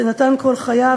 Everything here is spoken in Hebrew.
שנתן כל חייו,